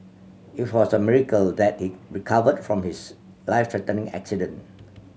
it was a miracle that he recovered from his life threatening accident